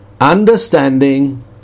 understanding